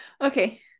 okay